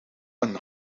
een